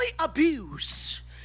abuse